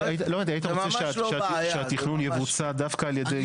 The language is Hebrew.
היית רוצה שהתכנון יבוצע דווקא על ידי ---?